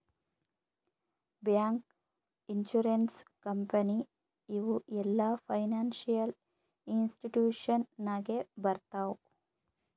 bank, insurance company ಇವು ಎಲ್ಲಾ financial institution ನಾಗೆ ಬರ್ತಾವ್